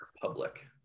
public